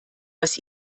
was